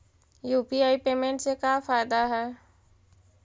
UPI payment से का फायदा है?